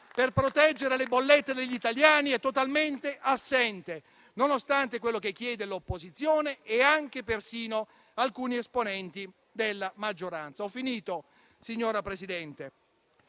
per proteggere le bollette degli italiani è totalmente assente, nonostante quello che chiedono l'opposizione e persino alcuni esponenti della maggioranza.